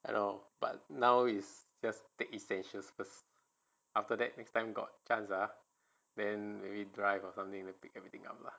I know but now is just take essentials first after that next time got chance ah then maybe drive or something then pick everything up lah